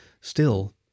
Still